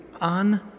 on